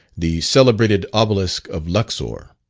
the celebrated obelisk of luxor,